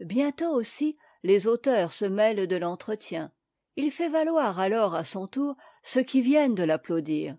bientôt aussi les auditeurs se mêlent de l'entretien il fait valoir alors à son tour ceux qui viennent de l'applaudir